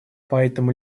поэтому